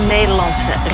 Nederlandse